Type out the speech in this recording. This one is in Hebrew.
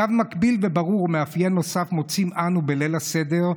קו מקביל וברור ומאפיין נוסף מוצאים אנו בליל הסדר,